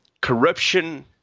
corruption